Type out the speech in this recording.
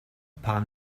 palm